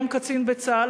היום קצין בצה"ל,